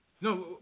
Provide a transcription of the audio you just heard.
No